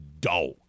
dog